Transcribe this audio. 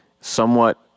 somewhat